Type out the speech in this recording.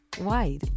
white